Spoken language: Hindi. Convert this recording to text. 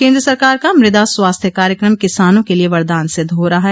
केन्द्र सरकार का मृदा स्वास्थ्य कार्यक्रम किसानों के लिए वरदान सिद्ध हो रहा है